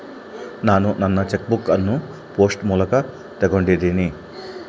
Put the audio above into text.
ನಾನು ನನ್ನ chequebook ಅನ್ನು ಪೋಸ್ಟ್ ಮೂಲಕ ತೊಗೊಂಡಿನಿ